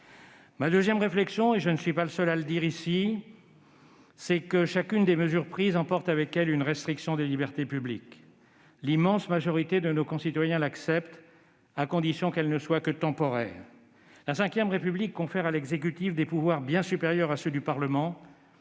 mal. Deuxième réflexion, et je ne suis pas le seul à la faire ici, chacune des mesures prises emporte avec elle une restriction des libertés publiques. L'immense majorité de nos concitoyens l'acceptent, à condition qu'elle ne soit que temporaire. La V République confère à l'exécutif des pouvoirs bien supérieurs à ceux du Parlement